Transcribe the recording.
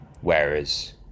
Whereas